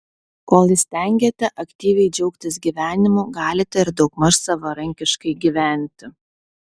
kol įstengiate aktyviai džiaugtis gyvenimu galite ir daugmaž savarankiškai gyventi